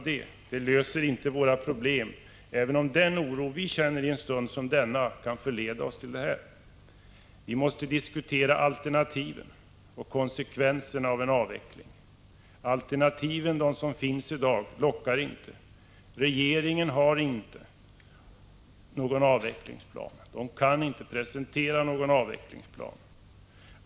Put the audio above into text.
Det löser inte våra problem, även om den oro vi känner i en stund som denna kan förleda oss till att tro det. Vi måste diskutera alternativen och konsekvenserna av en avveckling. De alternativ som finns i dag lockar inte. Regeringen har inte någon avvecklingsplan och kan inte presentera någon avvecklingsplan.